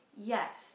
Yes